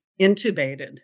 intubated